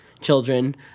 children